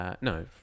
no